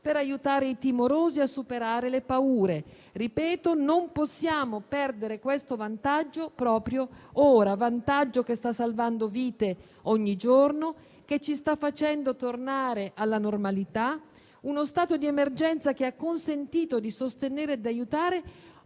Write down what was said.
per aiutare i timorosi a superare le paure. Ripeto, non possiamo perdere questo vantaggio proprio ora, vantaggio che sta salvando vite ogni giorno, che ci sta facendo tornare alla normalità. Lo stato di emergenza ha consentito di sostenere e aiutare